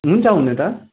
हुन्छ हुनु त